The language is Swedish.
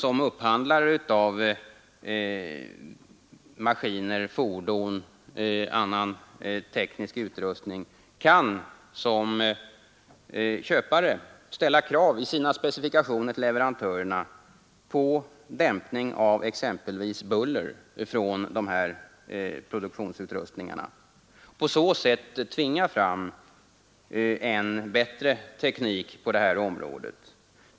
Som upphandlare av maskiner, fordon och annan teknisk utrustning kan staten i egenskap av köpare i sina specifikationer till leverantörerna ställa krav exempelvis på dämpning av buller. Därigenom kan staten tvinga fram en bättre teknik på detta område.